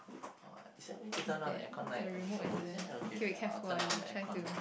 uh is there a way to turn down the aircon on oh is it okay okay I'll turn down the aircon